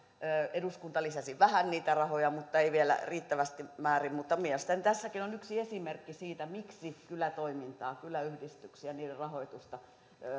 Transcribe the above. eduskunta lisäsi vähän niitä rahoja mutta ei vielä riittävissä määrin mielestäni tässäkin on yksi esimerkki siitä miksi kylätoiminnasta kyläyhdistyksistä ja niiden rahoituksesta